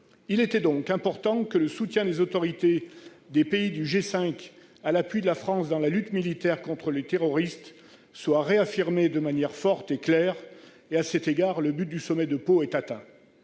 Il était donc important que le soutien des autorités des pays du G5 Sahel à l'appui de la France dans la lutte militaire contre les terroristes soit réaffirmé de manière forte et claire. À cet égard, l'objectif du sommet de Pau est atteint.